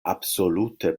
absolute